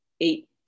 eight